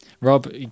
Rob